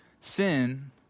sin